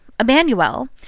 emmanuel